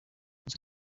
izo